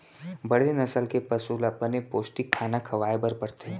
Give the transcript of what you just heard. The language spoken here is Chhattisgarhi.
बड़े नसल के पसु ल बने पोस्टिक खाना खवाए बर परथे